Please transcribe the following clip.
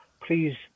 Please